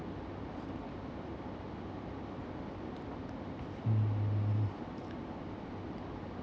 mm